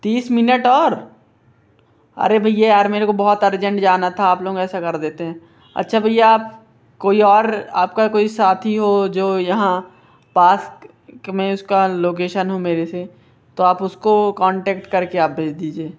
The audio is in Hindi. तीस मिनट और अरे भैया यार मेरे को बहुत अर्जेंट जाना था आप लोग ऐसा कर देते हैं अच्छा भैया आप कोई और आपका कोई साथी हो जो यहाँ पास में उसका लोकेशन हो मेरे से तो आप उसको कॉन्टैक्ट करके आप भेज दीजिए